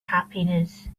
happiness